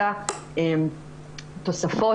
אלא תוספות,